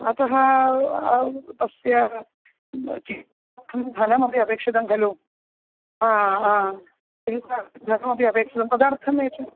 अतः तस्य धनमपि अपेक्षितं खलु आ आ धनमपि अपेक्षितं तदर्थम् एच